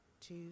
two